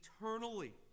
eternally